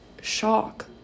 shock